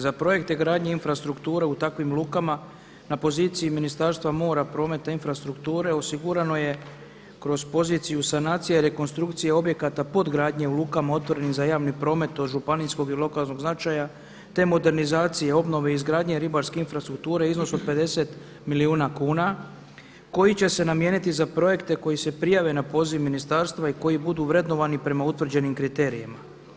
Za projekte gradnje infrastrukture u takvim lukama na poziciji Ministarstva mora, prometa i infrastrukture osigurano je kroz poziciju sanacije i rekonstrukcije objekata podgradnje u luka motornim za javni promet od županijskog i lokalnog značaja, te modernizacije obnove izgradnje ribarske infrastrukture u iznosu od 50 milijuna kuna koji će se namijeniti za projekte koji se prijave na poziv ministarstva i koji budu vrednovani prema utvrđenim kriterijima.